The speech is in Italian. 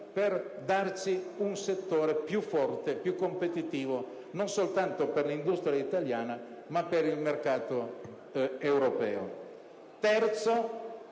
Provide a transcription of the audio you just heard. per consegnarci un settore più forte e competitivo, non soltanto per l'industria italiana, ma anche per il mercato europeo.